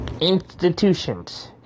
institutions